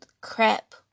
crap